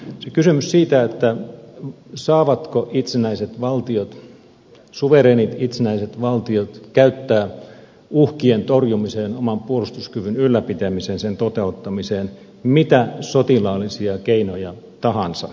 se on kysymys siitä saavatko itsenäiset valtiot suvereenit itsenäiset valtiot käyttää uhkien torjumiseen oman puolustuskyvyn ylläpitämiseen sen toteuttamiseen mitä sotilaallisia keinoja tahansa